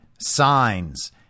Signs